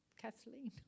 Kathleen